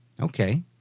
Okay